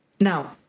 Now